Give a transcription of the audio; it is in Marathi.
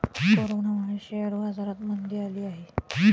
कोरोनामुळे शेअर बाजारात मंदी आली आहे